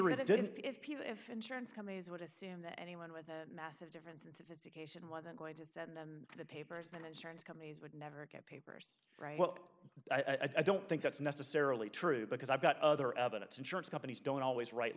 people if insurance companies would assume that anyone with a massive difference occasion wasn't going to send them the papers then insurance companies would never get papers right well i don't think that's necessarily true because i've got other evidence insurance companies don't always write